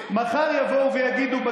מחר יבואו ויגידו שיכניסו